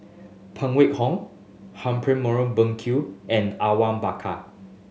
Phan Wait Hong Humphrey Morrison Burkill and Awang Bakar